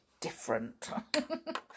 different